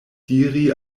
diri